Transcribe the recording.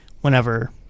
whenever